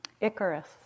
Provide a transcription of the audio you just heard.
Icarus